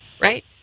right